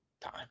time